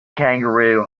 kangaroo